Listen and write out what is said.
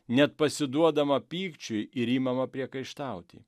net pasiduodama pykčiui ir imama priekaištauti